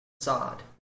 facade